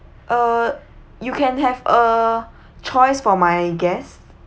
uh you can have uh choice for my guests